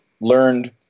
learned